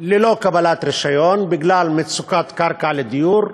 ללא קבלת רישיון בגלל מצוקת קרקע לדיור,